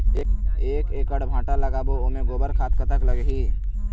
एक एकड़ भांटा लगाबो ओमे गोबर खाद कतक लगही?